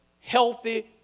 healthy